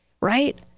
right